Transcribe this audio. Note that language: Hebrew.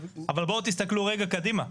אבל בואו תסתכלו רגע קדימה.